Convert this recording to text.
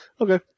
Okay